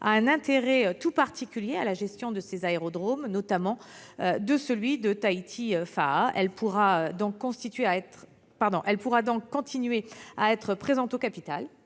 a un intérêt tout particulier à la gestion de ces aérodromes, notamment celui de Tahiti-Faa'a. Elle pourra continuer à être présente au capital